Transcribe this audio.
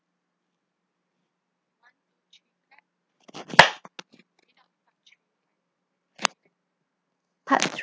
part